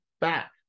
back